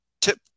tip